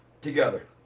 together